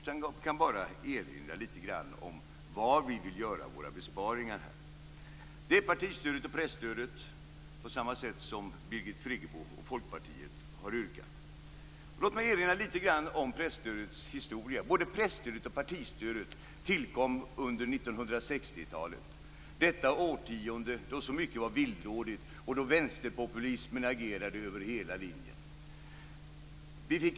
Jag kan bara erinra litet om var vi, i likhet med Birgit Friggebo och Folkpartiet, vill göra våra besparingar, nämligen på partistödet och presstödet. Låt mig påminna om presstödets historia. Både presstödet och partistödet tillkom under 1960-talet, det årtionde då så mycket var villrådigt och då vänsterpopulismen regerade över hela linjen.